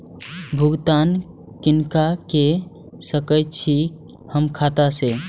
भुगतान किनका के सकै छी हम खाता से?